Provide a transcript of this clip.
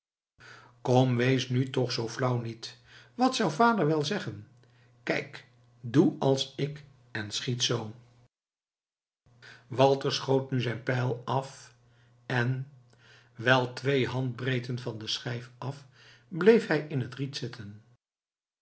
kom wees nu toch zoo flauw niet wat zou vader wel zeggen kijk doe als ik en schiet zoo walter schoot nu zijn pijl af en wel twee handbreedten van de schijf af bleef hij in het riet zitten